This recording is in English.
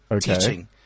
teaching